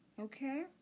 Okay